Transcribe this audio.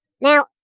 Now